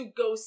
go